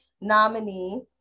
nominee